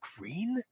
Green